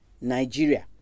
Nigeria